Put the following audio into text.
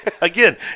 Again